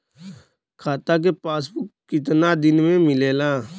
खाता के पासबुक कितना दिन में मिलेला?